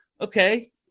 okay